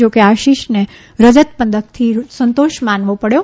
જો કે આશિષને રજત પદકથી સંતોષ માનવો પડ્યો